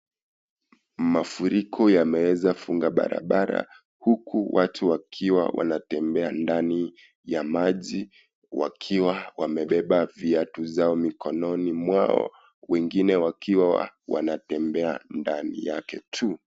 Mafuriko yameeza funga barabara huku watu wakiwa wanatembea ndani ya maji wakiwa wamebeba viatu zao mkononi mwao wengine wakiwa wanatembea ndani yake tu.